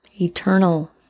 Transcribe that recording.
Eternal